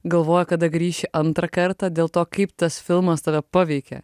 galvoji kada grįši antrą kartą dėl to kaip tas filmas tave paveikė